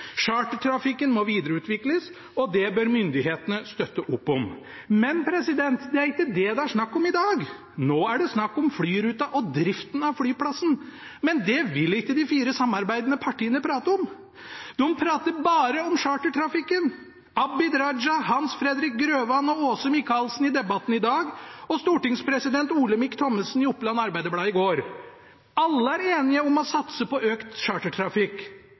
Chartertrafikken må videreutvikles, og det bør myndighetene støtte opp om. Men det er ikke det det er snakk om i dag. Nå er det snakk om flyruta og drifta av flyplassen, men det vil ikke de fire samarbeidende partiene prate om. De prater bare om chartertrafikken: Abid Raja, Hans Fredrik Grøvan og Åse Michaelsen i debatten i dag og stortingspresident Olemic Thommessen i Oppland Arbeiderblad i går. Alle er enige om å satse på økt chartertrafikk,